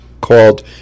called